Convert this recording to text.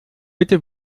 bitte